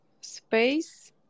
space